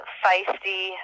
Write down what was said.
feisty